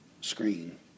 screen